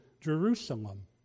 Jerusalem